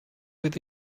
with